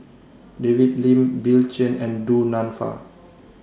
David Lim Bill Chen and Du Nanfa